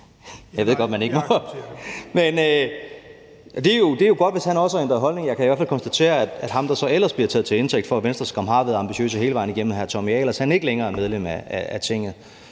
bruge engelske udtryk. Men det er jo godt, hvis han også har ændret holdning, men jeg kan i hvert fald konstatere, at ham, der ellers bliver taget til indtægt for, at Venstre skam har været ambitiøs hele vejen igennem, nemlig hr. Tommy Ahlers, ikke længere er medlem af Tinget.